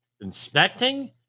inspecting